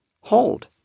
hold